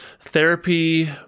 Therapy